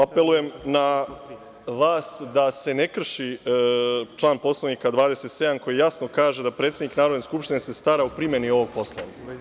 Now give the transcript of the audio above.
Apelujem na vas da se ne krši član Poslovnika 27. koji jasno kaže da predsednik Narodne skupštine se stara o primeni ovog Poslovnika.